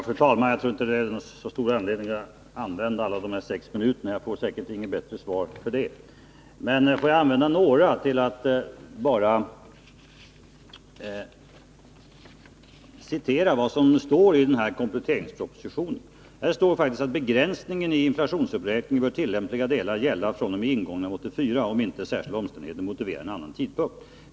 Fru talman! Jag tror inte att jag har så stor anledning att använda hela den taletid på sex minuter som står till mitt förfogande. Jag får säkert inte något bättre svar om jag gör det. Men låt mig använda ett par minuter till att bl.a. citera vad som står i kompletteringspropositionen: ”Begränsningen i inflationsuppräkningen bör i tillämpliga delar gälla fr.o.m. ingången av 1984 om inte särskilda omständigheter motiverar en annan tidpunkt.